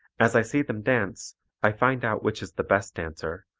as i see them dance i find out which is the best dancer,